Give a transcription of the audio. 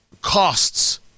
costs